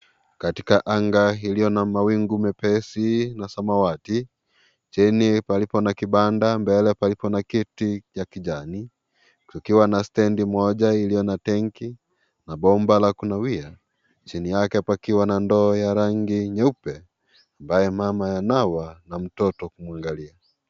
Katika anga iliyo na mawingu mepesi na samwati ,chini palipo na kibanda mbele palipo na kiti ya kijani kukiwa na stendi moja iliyo na tenki na bomba la kunawia , chini yake pakiwa na ndoo ya rangi nyeupe ambayo mama ananawa na mtoto kumwangalia.